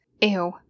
ew